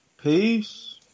Peace